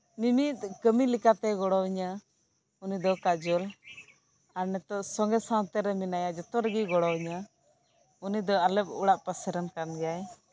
ᱢᱤᱢᱤᱫ ᱠᱟᱢᱤ ᱞᱮᱠᱟᱛᱮ ᱜᱚᱲᱚᱣᱟᱹᱧᱟ ᱩᱱᱤ ᱫᱚ ᱠᱟᱡᱚᱞ ᱟᱨ ᱱᱤᱛᱚᱜ ᱥᱚᱸᱜᱮ ᱥᱟᱶᱛᱮ ᱨᱮ ᱢᱮᱱᱟᱭᱟ ᱡᱚᱛᱚ ᱨᱮᱜᱮ ᱜᱚᱲᱚᱣᱟᱹᱧᱟ ᱩᱱᱤ ᱫᱚ ᱟᱞᱮ ᱚᱲᱟ ᱯᱟᱥᱮ ᱨᱮᱱ ᱠᱟᱱ ᱜᱮᱭᱟᱭ